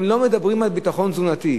הם לא מדברים על ביטחון תזונתי.